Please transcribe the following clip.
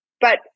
but-